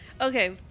Okay